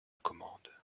commande